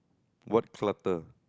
what clutter